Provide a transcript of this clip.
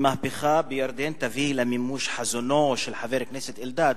אם מהפכה בירדן תביא למימוש חזונו של חבר הכנסת אלדד,